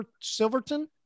Silverton